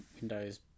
Windows